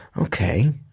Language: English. Okay